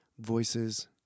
voices